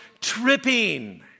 tripping